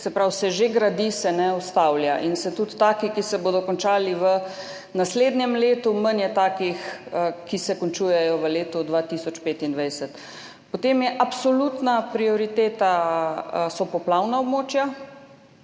se pravi, se že gradi, se ne ustavlja in se tudi taki, ki se bodo končali v naslednjem letu, manj je takih, ki se končujejo v letu 2025. Potem so absolutna prioriteta poplavna območja.